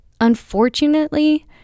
Unfortunately